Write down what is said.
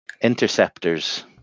interceptors